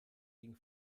liegen